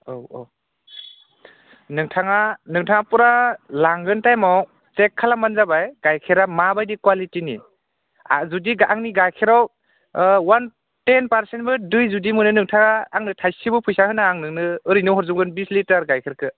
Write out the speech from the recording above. औ औ नोंथाङा नोंथाङा फुरा लांगोन टाइमाव चेक खालामब्लानो जाबाय गाइखेरा माबायदि कुवालिटिनि आरो जुदि आंनि गाइखेराव अवान टेन पार्सेन्टबो दै जुदि मोनो नोंथाङा आंनो थाइसेबो फैसा होनाङा आं नोंनो ओरैनो हरजुबगोन बिस लिटार गाइखेरखो